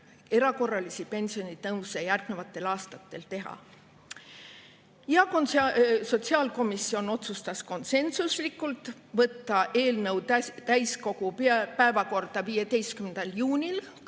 erakorralisi pensionitõuse järgnevatel aastatel teha. Sotsiaalkomisjon otsustas konsensuslikult võtta eelnõu täiskogu päevakorda 15. juunil